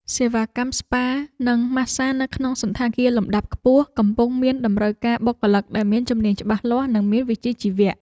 សេវាកម្មស្ប៉ានិងម៉ាស្សានៅក្នុងសណ្ឋាគារលំដាប់ខ្ពស់កំពុងមានតម្រូវការបុគ្គលិកដែលមានជំនាញច្បាស់លាស់និងមានវិជ្ជាជីវៈ។